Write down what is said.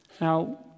Now